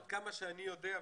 עד כמה שאני יודע,